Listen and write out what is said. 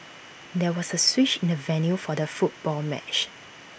there was A switch in the venue for the football match